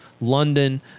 London